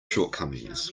shortcomings